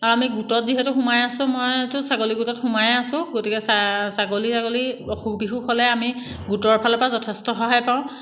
আৰু আমি গোটত যিহেতু সোমাই আছো মইতো ছাগলী গোটত সোমায়ে আছো গতিকে ছাগলী তাগলী অসুখ বিসুখ হ'লে আমি গোটৰফালৰপৰা যথেষ্ট সহায় পাওঁ